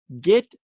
get